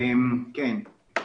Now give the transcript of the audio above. כן.